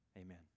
Amen